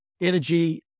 Energy